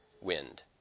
wind